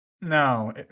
No